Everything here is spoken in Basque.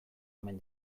omen